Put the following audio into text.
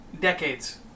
decades